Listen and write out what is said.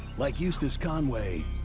like eustace conway,